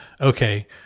okay